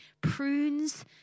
prunes